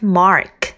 mark